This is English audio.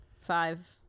five